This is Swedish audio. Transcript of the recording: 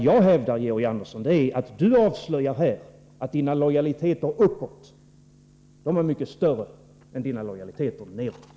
Jag hävdar att Georg Andersson här avslöjar att hans lojalitet uppåt är mycket större än hans lojalitet nedåt.